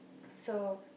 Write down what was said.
so